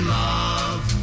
love